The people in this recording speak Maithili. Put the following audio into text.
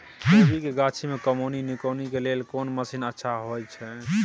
कोबी के गाछी में कमोनी निकौनी के लेल कोन मसीन अच्छा होय छै?